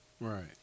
Right